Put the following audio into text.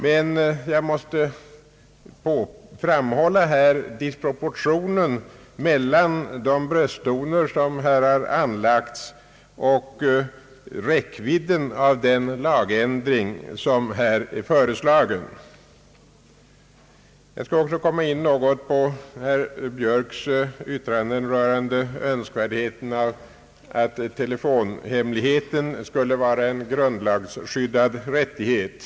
Jag måste emellertid framhålla disproportionen mellan de brösttoner som här har anlagts och räckvidden av den lagändring som föreslås. Jag skall också komma in något på herr Björks yttranden rörande önskvärdheten av att telefonhemligheten skulle vara en grundlagsskyddad rättig het.